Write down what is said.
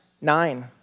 Nine